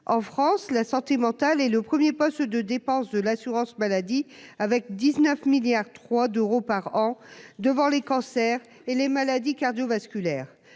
en France la sentimentale et le 1er poste de dépenses de l'assurance maladie, avec 19 milliards trois d'euros par an devant les cancers et les maladies cardio- vasculaires,